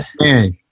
man